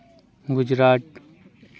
Gujarat